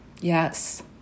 Yes